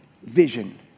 Vision